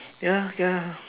ya ya